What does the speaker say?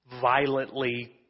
violently